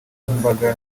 n’imbaga